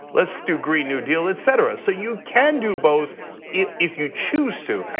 let's do green new deal, et cetera. so you can do both if you choose to.